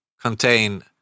contain